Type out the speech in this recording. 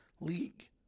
league